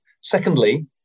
Secondly